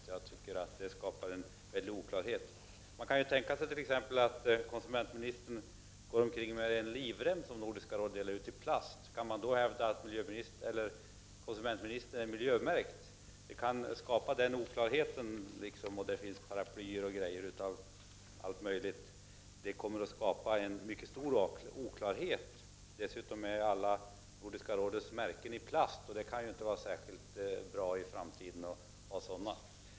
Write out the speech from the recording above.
Jag tycker att detta skapar stor oklarhet. Man kan t.ex. tänka sig att konsumentministern går omkring med en plastlivrem som Nordiska rådet har delat ut. Kan man då hävda att konsumentministern är miljömärkt? Det kommer att skapas en mycket stor oklarhet, eftersom det ju också finns paraplyer och allt möjligt. Dessutom är alla Nordiska rådets märken av plast. Det kan ju inte vara särskilt bra att ha sådana i framtiden.